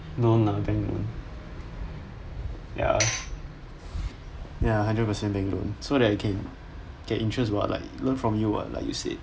no lah bank loan ya ya hundred percent bank loan so that you can get interests [what] like learn from you [what] like you said